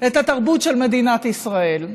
את התרבות של מדינת ישראל.